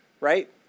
right